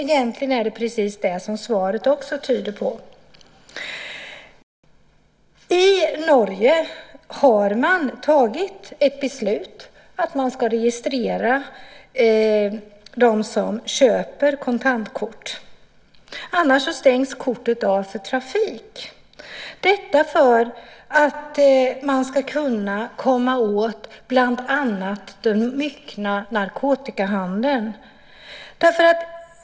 Egentligen är det precis det som svaret också tyder på. I Norge har man tagit ett beslut om att man ska registrera dem som köper kontantkort. Annars stängs kortet av för trafik. Detta är för att man ska kunna komma åt bland annat den omfattande narkotikahandeln.